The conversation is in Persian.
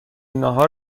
ناهار